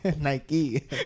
Nike